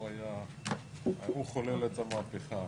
הוא חולל את המהפכה.